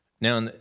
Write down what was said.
Now